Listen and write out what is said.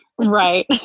right